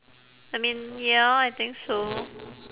I mean ya I think so